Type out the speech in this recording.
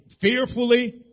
fearfully